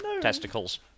testicles